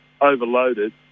overloaded